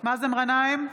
מאזן גנאים,